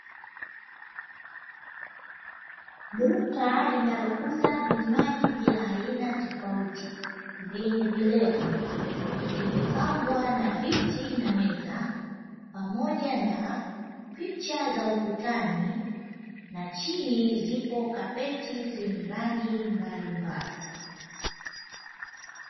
Duka linalouza vinywaji vya aina tofauti vyenye vileo, vimepambwa na viti na meza, pamoja na picha za ukutani, na chini zipo kapeti zenye rangi mbalimbali.